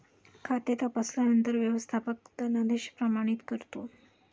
खाते तपासल्यानंतर व्यवस्थापक धनादेश प्रमाणित करतो